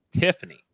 Tiffany